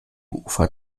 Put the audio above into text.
ufer